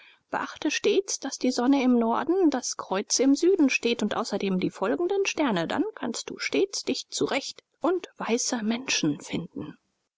beachte stets daß die sonne im norden das kreuz im süden steht und außerdem die folgenden sterne dann kannst du stets dich zurecht und weiße menschen finden